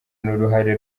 n’uruhare